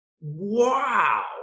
wow